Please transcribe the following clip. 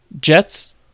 jets